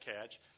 catch